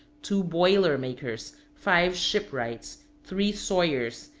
two boiler-makers, five shipwrights, three sawyers,